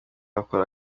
bakora